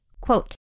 quote